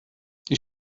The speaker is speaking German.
die